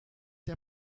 der